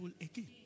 again